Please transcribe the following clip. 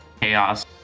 chaos